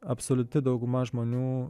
absoliuti dauguma žmonių